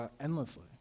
endlessly